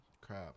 Crap